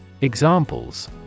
Examples